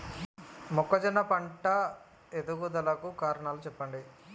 మొక్కజొన్న పంట ఎదుగుదల కు కారణాలు చెప్పండి?